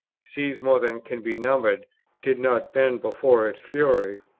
sees more than can be numbered did not bend before its fury,